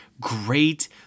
great